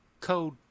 Code